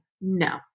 no